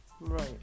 Right